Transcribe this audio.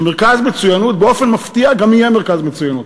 שמרכז מצוינות באופן מפתיע גם יהיה מרכז מצוינות.